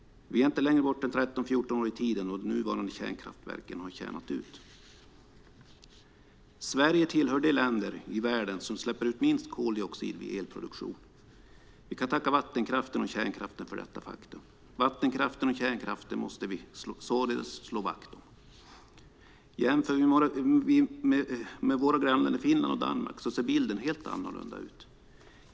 Vi är inte längre bort än 13-14 år i tiden då de nuvarande kärnkraftverken har tjänat ut. Sverige tillhör de länder i världen som släpper ut minst koldioxid vid elproduktion. Vi kan tacka vattenkraften och kärnkraften för detta faktum. Vattenkraften och kärnkraften måste vi således slå vakt om. Jämför vi med våra grannländer Finland och Danmark ser bilden helt annorlunda ut.